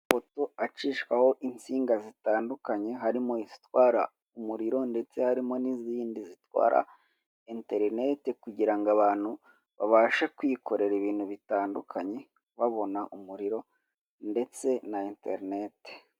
Amapoto acishwaho insinga zitandukanye harimo izitwara umuriro ndetse harimo n'izindi zitwara interineti kugira ngo abantu babashe kwikorera ibintu bitandukanye babona umuriro ndetse na internet.